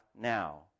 now